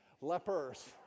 lepers